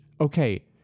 okay